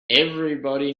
everybody